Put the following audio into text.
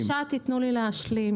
בבקשה תנו לי השלים.